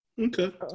okay